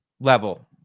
level